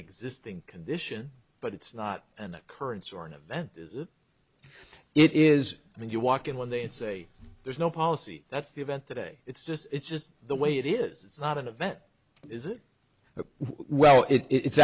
existing condition but it's not an occurrence or an event is it it is i mean you walk in one day and say there's no policy that's the event today it's just it's just the way it is it's not an event is it a while if it